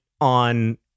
on